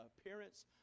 appearance